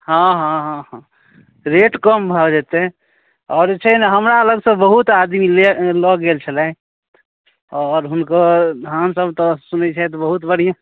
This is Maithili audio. हाँ हाँ हाँ हाँ रेट कम भऽ जेतै आओर जे छै ने हमरालगसँ बहुत आदमी लै लऽ गेल छलै आओर हुनकर धानसब तऽ सुनै छथि बहुत बढ़िआँ